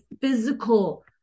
physical